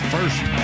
First